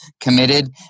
committed